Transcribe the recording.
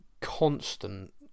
constant